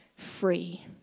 free